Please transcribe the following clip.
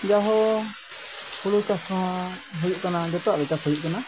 ᱡᱟᱦᱳᱠ ᱦᱩᱲᱩ ᱪᱟᱥ ᱦᱚᱸ ᱱᱟᱦᱟᱜ ᱦᱩᱭᱩᱜ ᱠᱟᱱᱟ ᱡᱚᱛᱚᱣᱟᱜ ᱜᱮ ᱪᱟᱥ ᱦᱩᱭᱩᱜ ᱠᱟᱱᱟ